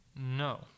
No